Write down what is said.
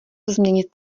změnit